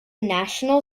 national